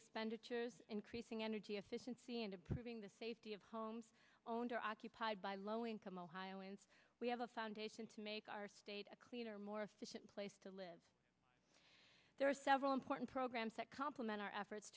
expenditures increasing energy efficiency and improving the safety of homes owner occupied by low income ohioans we have a foundation to make our state a cleaner more efficient place to live there are several important programs that compliment our efforts